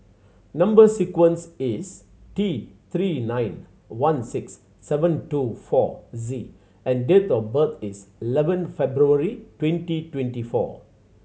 number sequence is T Three nine one six seven two four Z and date of birth is eleven February twenty twenty four